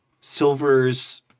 Silver's